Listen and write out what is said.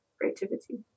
creativity